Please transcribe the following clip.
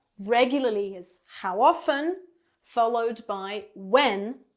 regularly is how often followed by when?